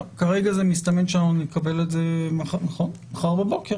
כרגע מסתמן שנקבל את זה מחר בבוקר.